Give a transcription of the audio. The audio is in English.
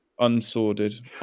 unsorted